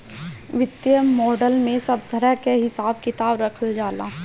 वित्तीय मॉडल में सब तरह कअ हिसाब किताब रखल जाला